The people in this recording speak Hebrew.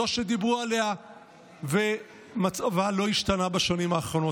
זו שדיברו עליה ומצבה לא השתנה בשנים האחרונות.